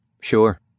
sure